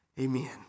Amen